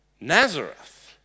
Nazareth